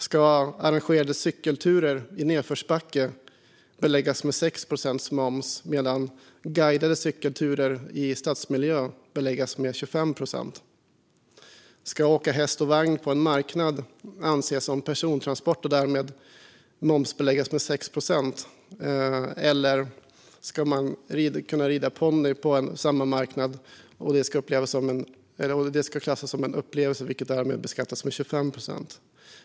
Ska arrangerade cykelturer i nedförsbacke beläggas med 6 procents moms medan guidade cykelturer i stadsmiljö beläggs med 25 procents moms? Ska det anses som persontransport att åka häst och vagn på marknad, vilket därmed momsbeläggs med 6 procent? Ska ponnyridningen på samma marknad klassas som en upplevelse, vilket därmed beskattas med 25 procent?